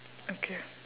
okay